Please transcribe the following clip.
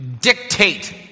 dictate